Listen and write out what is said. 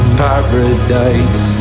paradise